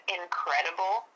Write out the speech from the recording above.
incredible